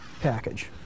package